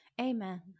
amen